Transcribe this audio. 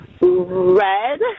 Red